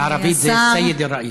בערבית זה סייד א-ראיס.